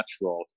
natural